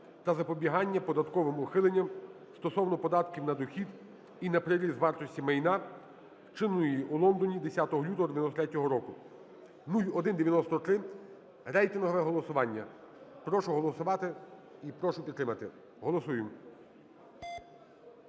та запобігання податковим ухиленням стосовно податків на доход і на приріст вартості майна, вчиненої у Лондоні 10 лютого 1993 року (0193), рейтингове голосування. Прошу голосувати і прошу підтримати. Голосуємо.